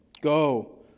Go